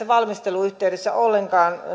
valmistelun yhteydessä ollenkaan